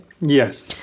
Yes